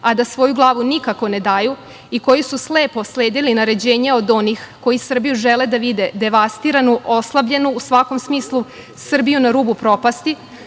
a da svoju glavu nikako ne daju, i koji su slepo sledili naređenje od onih koji Srbiju žele da vide devastiranu, oslabljenu u svakom smislu, Srbiju na rubu propasti,